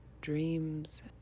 dreams